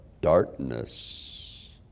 darkness